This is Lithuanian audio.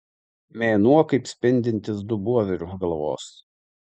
mėnuo kaip spindintis dubuo virš galvos